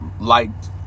liked